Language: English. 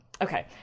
Okay